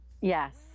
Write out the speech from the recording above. yes